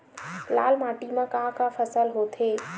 लाल माटी म का का फसल होथे?